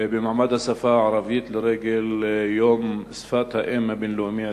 במעמד השפה הערבית לרגל יום שפת האם הבין-לאומי,